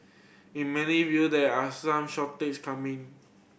in many view there are some shortage coming